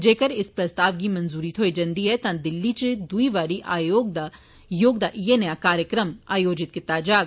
जेकर इस प्रस्ताव गी मंजूरी थ्होई जन्दी ऐ तां दिल्ली इच दुई बारी योग दा इय्यै नेहा कार्यक्रम आयोजित कीत्ता जाग